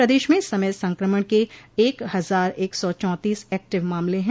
प्रदेश में इस समय इस संक्रमण के एक हजार एक सौ चौंतीस एक्टिव मामले हैं